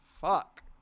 Fuck